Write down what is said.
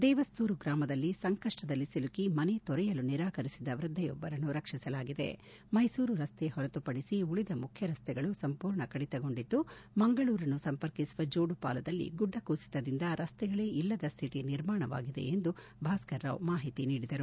ದೇವಸ್ತೂರು ಗ್ರಾಮದಲ್ಲಿ ಸಂಕಷ್ಟದಲ್ಲಿ ಸಿಲುಕಿ ಮನೆ ತೊರೆಯಲು ನಿರಾಕರಿಸಿದ್ದ ವೃದ್ಧೆಯೊಬ್ಬರನ್ನು ರಕ್ಷಿಸಲಾಗಿದೆ ಮೈಸೂರು ರಸ್ತೆ ಹೊರತುಪಡಿಸಿ ಉಳಿದ ಮುಖ್ಯರಸ್ತೆಗಳು ಸಂಪೂರ್ಣ ಕಡಿತಗೊಂಡಿದ್ದು ಮಂಗಳೂರನ್ನು ಸಂಪರ್ಕಿಸುವ ಜೋಡುಪಾಲದಲ್ಲಿ ಗುಡ್ಡ ಕುಸಿತದಿಂದ ರಸ್ತೆಗಳೇ ಇಲ್ಲದ ಸ್ವಿತಿ ನಿರ್ಮಾಣವಾಗಿದೆ ಎಂದು ಭಾಸ್ಕರ್ ರಾವ್ ಮಾಹಿತಿ ನೀಡಿದರು